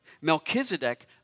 Melchizedek